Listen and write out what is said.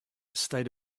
state